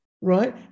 right